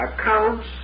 Accounts